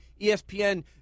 ESPN